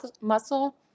muscle